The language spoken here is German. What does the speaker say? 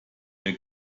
der